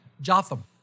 Jotham